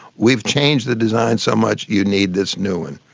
we've changed the design so much, you need this new one.